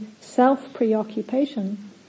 self-preoccupation